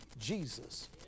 Jesus